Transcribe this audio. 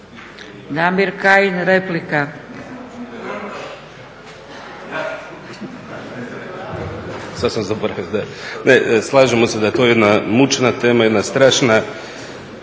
Damir (ID - DI)** Ne, slažemo se da je to jedna mučna tema, jedna strašna